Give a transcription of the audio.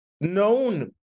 known